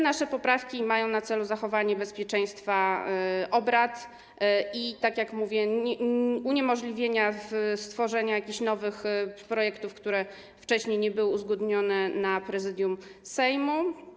Nasze poprawki mają na celu zachowanie bezpieczeństwa obrad i - tak jak mówię - uniemożliwienie stworzenia jakichś nowych projektów, które wcześniej nie były uzgodnione na posiedzeniu Prezydium Sejmu.